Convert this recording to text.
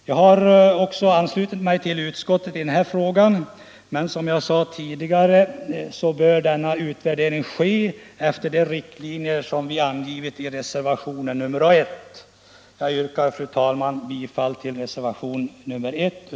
Jag har också anslutit mig till utskottets uppfattning i den frågan, men som jag sade tidigare bör denna utvärdering ske efter de riktlinjer som vi angivit i reservationen 1.